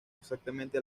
exactamente